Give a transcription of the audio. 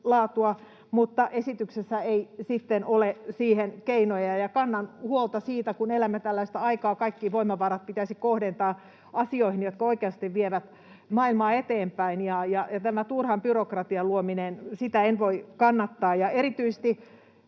mutta esityksessä ei sitten ole siihen keinoja. Kannan huolta siitä, että kun elämme tällaista aikaa, niin kaikki voimavarat pitäisi kohdentaa asioihin, jotka oikeasti vievät maailmaa eteenpäin, ja tätä turhan byrokratian luomista en voi kannattaa.